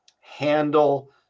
handle